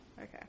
Okay